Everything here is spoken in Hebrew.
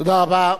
תודה רבה.